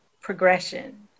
progression